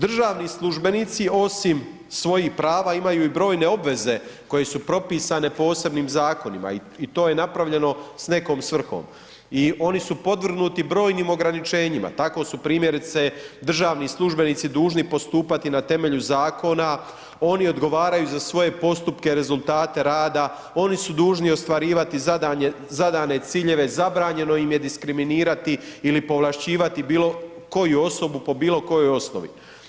Državni službenici osim svojih prava imaju i brojne obveze koje su propisane posebnim zakonima i to je napravljeno s nekom svrhom i oni su podvrgnuti brojnim ograničenjima, tako su primjerice državni službenici dužni postupati na temelju zakona, oni odgovaraju za svoje postupke, rezultate rada, oni su dužni ostvarivati zadane ciljeve, zabranjeno im je diskriminirati ili povlašćivati bilokoju osobu po bilokojoj osnovi.